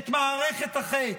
את מערכת החץ.